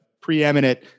preeminent